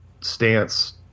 stance